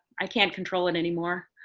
i can't control it anymore.